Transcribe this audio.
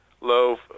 low